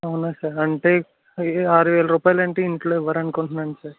అవునా సార్ అంటే అయ్యో ఆరు వేల రూపాయలంటే ఇంట్లో ఇవ్వరనుకుంటున్నాను సార్